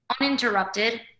uninterrupted